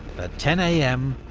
at ten am,